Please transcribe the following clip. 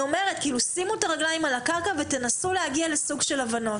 שימו את הרגליים על הקרקע ותנסו להגיע להבנות.